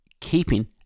keeping